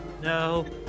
No